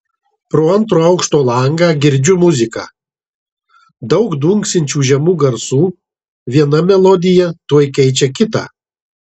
pro antro aukšto langą girdžiu muziką daug dunksinčių žemų garsų viena melodija tuoj keičia kitą